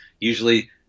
usually